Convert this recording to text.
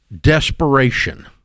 desperation